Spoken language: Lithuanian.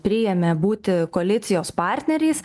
priėmė būti koalicijos partneriais